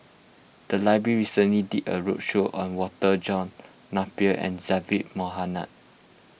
the library recently did a roadshow on Walter John Napier and Zaqy Mohamad